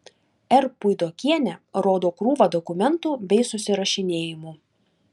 r puidokienė rodo krūvą dokumentų bei susirašinėjimų